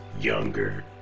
younger